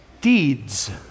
deeds